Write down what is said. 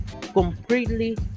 completely